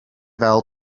fel